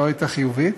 לא הייתה חיובית?